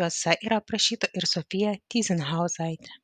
juose yra aprašyta ir sofija tyzenhauzaitė